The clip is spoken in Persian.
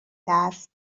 دست